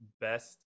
best